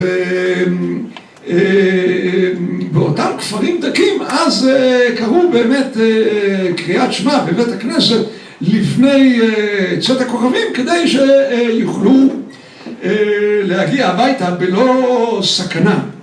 באותם כפרים דקים אז קראו באמת קריאת שמע בבית הכנסת לפני צאת הכוכבים כדי שיוכלו להגיע הביתה בלא סכנה